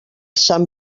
sant